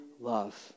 love